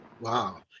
Wow